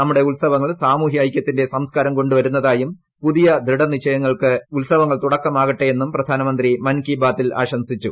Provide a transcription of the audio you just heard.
നമ്മുടെ ഉത്സവങ്ങൾ സാമൂഹ്യ ഐക്യത്തിന്റെ സംസ്കാരം കൊണ്ടുവരുന്നതായും പുതിയ ദൃഢന്ദിശ്ചിയങ്ങൾക്ക് ഉത്സവങ്ങൾ തുടക്കമാകട്ടെ എന്നും പ്രധാനമിന്ത്യ് മൻ കീ ബാത്തിൽ ആശംസിച്ചു